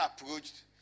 approached